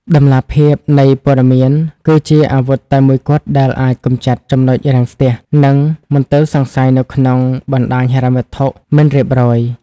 តម្លាភាពនៃព័ត៌មាន គឺជាអាវុធតែមួយគត់ដែលអាចកម្ចាត់ចំណុចរាំងស្ទះ និងមន្ទិលសង្ស័យនៅក្នុងបណ្តាញហិរញ្ញវត្ថុមិនរៀបរយ។